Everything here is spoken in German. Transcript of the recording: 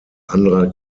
anderer